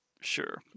sure